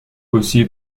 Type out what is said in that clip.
aussi